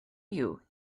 you